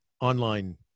online